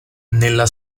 nella